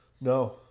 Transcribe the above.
No